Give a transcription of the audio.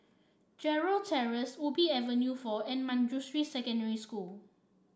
Gerald Terrace Ubi Avenue Four and Manjusri Secondary School